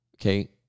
okay